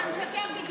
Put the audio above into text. אתה שקרן.